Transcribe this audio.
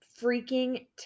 freaking